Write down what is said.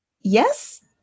Yes